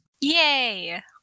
Yay